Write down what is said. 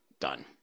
Done